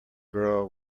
girl